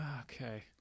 Okay